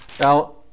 Now